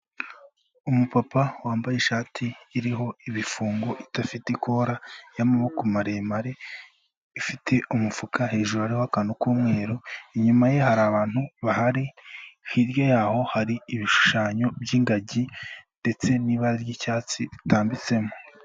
Umupapa wambaye ishati iriho ibifungo idafite ikora y'amaboko maremare, ifite umufuka hejuru hariho akantu k'umweru, inyuma ye hari abantu bahari, hirya yaho hari ibishushanyo by'ingagi ndetse n'ibara ry'icyatsi ritambitsemo.